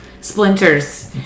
splinters